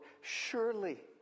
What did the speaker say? surely